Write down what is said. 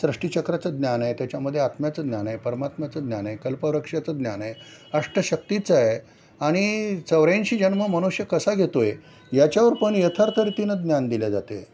सृष्टीचक्राचं ज्ञान आहे त्याच्यामध्ये आत्म्याचं ज्ञान आहे परमात्म्याचं ज्ञान आहे कल्पव्रक्षाचं ज्ञान आहे अष्टशक्तीचं आहे आणि चौऱ्याऐंशी जन्म मनुष्य कसा घेतो आहे याच्यावर पण यथार्थरितीनंच ज्ञान दिले जाते